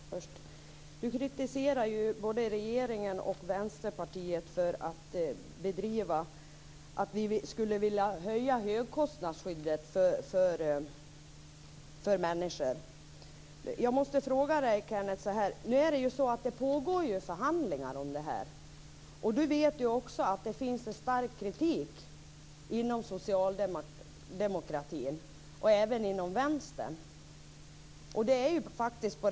Fru talman! Kenneth Johansson kritiserar både regeringen och Vänsterpartiet för att vi skulle vilja höja högkostnadsskyddet. Nu pågår det ju förhandlingar om detta. Som Kenneth Johansson också vet finns det inom socialdemokratin och även inom vänstern en stark kritik mot en höjning av högkostnadsskyddet.